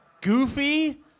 Goofy